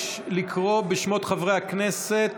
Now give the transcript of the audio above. נגד נפתלי בנט,